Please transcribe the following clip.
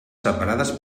separades